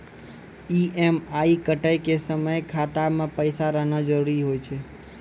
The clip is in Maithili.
ई.एम.आई कटै के समय खाता मे पैसा रहना जरुरी होय छै